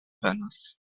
venas